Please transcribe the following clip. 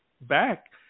back